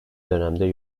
dönemde